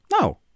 No